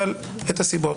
אבל את הסיבות.